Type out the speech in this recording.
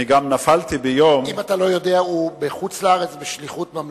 אם אתה לא יודע, הוא בחוץ-לארץ, בשליחות ממלכתית.